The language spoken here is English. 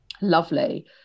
lovely